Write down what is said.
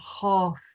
half